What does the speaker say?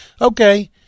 okay